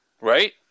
Right